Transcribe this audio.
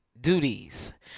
Duties